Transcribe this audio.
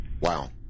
Wow